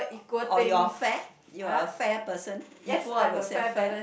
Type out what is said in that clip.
or you are fair you are a fair person equal I would say a fair